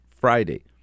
Friday